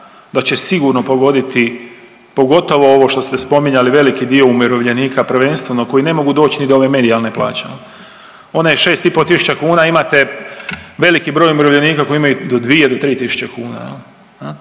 da će sigurno pogoditi, pogotovo ovo što ste spominjali veliki dio umirovljenika, prvenstveno koji ne mogu doć ni do ove medijalne plaće jel, ona je 6,5 tisuća kuna. Imate veliki broj umirovljenika koji imaju do 2 do 3 tisuće kuna